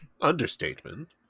Understatement